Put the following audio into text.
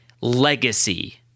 legacy